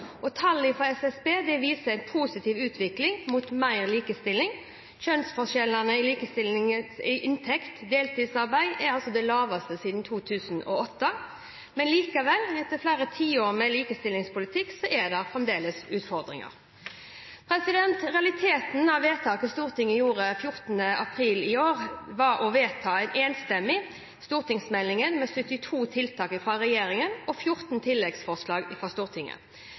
Tall fra SSB viser en positiv utvikling mot mer likestilling. Kjønnsforskjellene i lederstillinger, inntekt og deltidsarbeid er de laveste siden 2008. Likevel, etter flere tiår med likestillingspolitikk er det fremdeles utfordringer. Realiteten av vedtaket Stortinget gjorde 14. april i år, var at man enstemmig vedtok stortingsmeldingen med 72 tiltak fra regjeringen, og 14 tilleggsforslag fra Stortinget.